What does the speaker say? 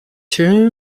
two